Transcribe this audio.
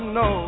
no